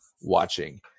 watching